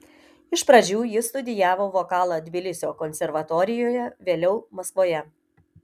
iš pradžių jis studijavo vokalą tbilisio konservatorijoje vėliau maskvoje